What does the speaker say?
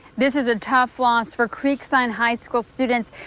this is a tough loss for creekside high school students,